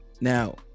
Now